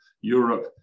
europe